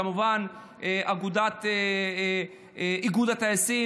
כמובן איגוד הטייסים,